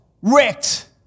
wrecked